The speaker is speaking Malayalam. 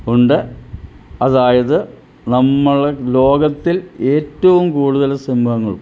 ഉണ്ട് അതായത് നമ്മൾ ലോകത്തിൽ ഏറ്റവും കൂടുതൽ സിംഹങ്ങൾ